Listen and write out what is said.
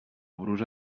brusa